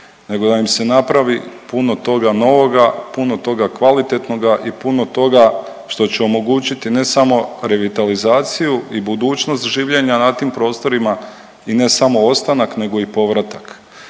nego da im se napravi puno toga novoga, puno toga kvalitetnoga i puno toga što će omogućiti ne samo revitalizaciju i budućnost življenja na tim prostorima i ne samo ostanak nego i povratak.